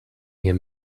hier